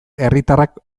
herritarrak